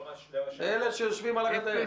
אלה שיושבים על הגדר.